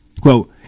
Quote